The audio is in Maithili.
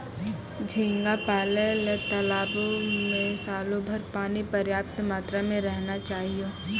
झींगा पालय ल तालाबो में सालोभर पानी पर्याप्त मात्रा में रहना चाहियो